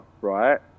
right